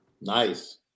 nice